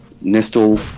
Nestle